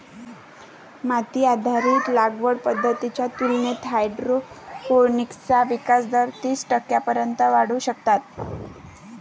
माती आधारित लागवड पद्धतींच्या तुलनेत हायड्रोपोनिक्सचा विकास दर तीस टक्क्यांपर्यंत वाढवू शकतात